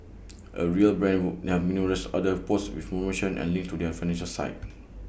A real brand would numerous other posts with promotions and links to their site